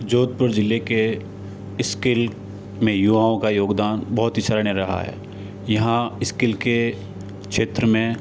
जोधपुर जिले के स्किल में युवओं का योगदान बहुत ही शरणे रहा है यहाँ स्किल के क्षेत्र में